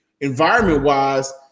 environment-wise